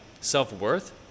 self-worth